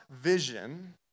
vision